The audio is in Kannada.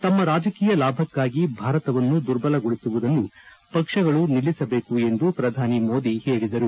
ತಮ್ನ ರಾಜಕೀಯ ಲಾಭಕ್ಷಾಗಿ ಭಾರತವನ್ನು ದುರ್ಬಲಗೊಳಿಸುವುದನ್ನು ಪಕ್ಷಗಳು ನಿಲ್ಲಿಸಬೇಕು ಎಂದು ಪ್ರಧಾನಿ ಮೋದಿ ಹೇಳದರು